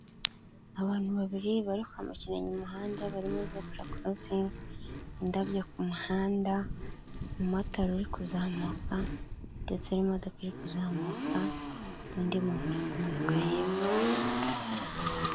Abantu babiri birikwambukiranya umuhanda barimo zebura korosingi, indabyo ku muhanda umumotari uri kuzamuka ndetse n'imodoka iri kuzamuka, undi muntu uri kumanuka hepfo.